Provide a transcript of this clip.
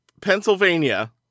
Pennsylvania